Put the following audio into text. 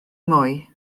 mwy